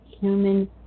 human